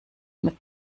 mit